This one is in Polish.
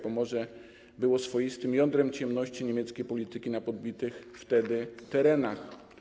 Pomorze było swoistym jądrem ciemności niemieckiej polityki na podbitych wtedy terenach.